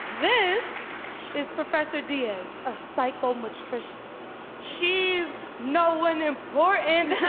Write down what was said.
this is professor diaz, a psychometrician. she's no one important.